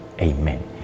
Amen